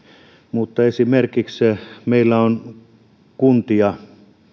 mutta esimerkiksi meillä on suomessa kuntia